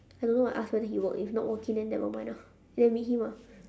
I don't know I ask whether he work if not working then never mind ah then we meet him ah